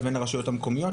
לבין הרשויות המקומיות,